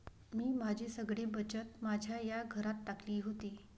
मी माझी सगळी बचत माझ्या या घरात टाकली होती